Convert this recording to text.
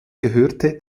gehörte